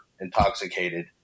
intoxicated